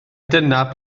dyna